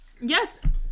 Yes